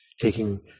taking